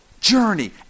journey